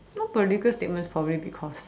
no political statements probably because